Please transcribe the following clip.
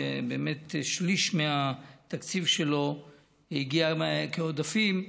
שבאמת שליש מהתקציב שלו הגיע כעודפים,